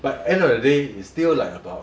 by the end of the day is still like about